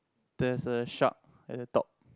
there's a shark at the top